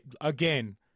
again